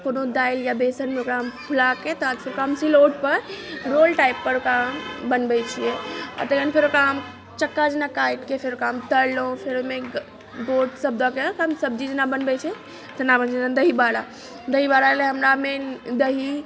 कओनो दालि या बेसनमे ओकरा हम फुलाके तहन ओकरा हम सिलौट पर रोल टाइप पर ओकरा बनबैत छियै आ तखन फेर ओकरा हम चक्का जेना काटिके फेर ओकरा हम तरलहुँ फेर ओहिमे बोट सब दए कऽ हम सब्जी जेना बनबैत छै तेना बनबैत छी जेना दहीबाड़ा दहीबाड़ा लए हमरा मन दही